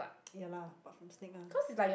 ya lah but from snake ah